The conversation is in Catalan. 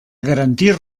garantir